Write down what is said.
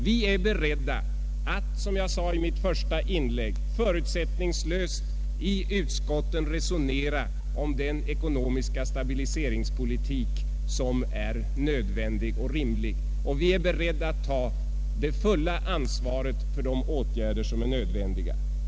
Vi är som jag sade i mitt första inlägg beredda att i utskotten förutsättningslöst resonera om den ekonomiska stabiliseringspolitik som är nödvändig och rimlig. Vi är beredda att ta det fulla ansvaret för de åtgärder som är nödvändiga.